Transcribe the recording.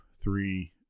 three